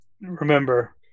Remember